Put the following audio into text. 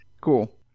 Cool